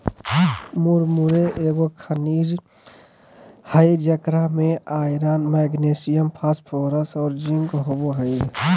मुरमुरे एगो खनिज हइ जेकरा में आयरन, मैग्नीशियम, फास्फोरस और जिंक होबो हइ